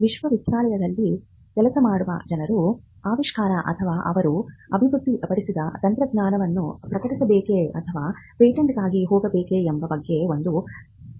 ವಿಶ್ವವಿದ್ಯಾನಿಲಯದಲ್ಲಿ ಕೆಲಸ ಮಾಡುವ ಜನರು ಆವಿಷ್ಕಾರ ಅಥವಾ ಅವರು ಅಭಿವೃದ್ಧಿಪಡಿಸಿದ ತಂತ್ರಜ್ಞಾನವನ್ನು ಪ್ರಕಟಿಸಬೇಕೇ ಅಥವಾ ಪೇಟೆಂಟ್ಗಾಗಿ ಹೋಗಬೇಕೇ ಎಂಬ ಬಗ್ಗೆ ಒಂದು ಕಳವಳವಿದೆ